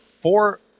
four